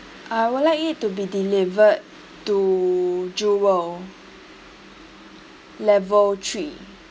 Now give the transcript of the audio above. I would like it to be delivered to jewel level three